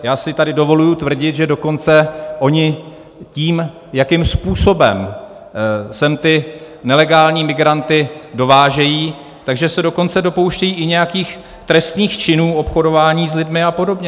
Já si tady dovoluji tvrdit, že dokonce ony tím, jakým způsobem sem ty nelegální migranty dovážejí, se dokonce dopouštějí i nějakých trestných činů obchodování s lidmi apod.